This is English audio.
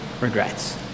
regrets